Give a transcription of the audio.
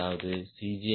அதாவது C